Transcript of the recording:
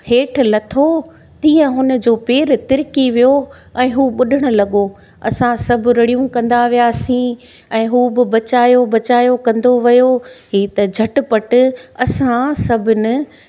हेठि लथो तीअं हुन जो पेरु तिरिकी वियो ऐं हू ॿुॾणु लॻो असां सभु रड़ियूं कंदा वियासीं ऐं हू बि बचायो बचायो कंदो वियो ई त झटिपटि असां सभिनिनि